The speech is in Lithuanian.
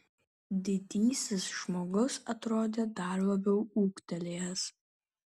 didysis žmogus atrodė dar labiau ūgtelėjęs